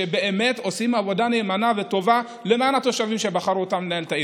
שבאמת עושים עבודה נאמנה וטובה למען התושבים שבחרו אותם לנהל את העיר.